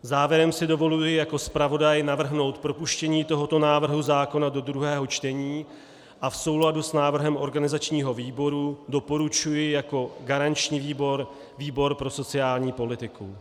Závěrem si dovoluji jako zpravodaj navrhnout propuštění tohoto návrhu zákona do druhého čtení a v souladu s návrhem organizačního výboru doporučuji jako garanční výbor výbor pro sociální politiku.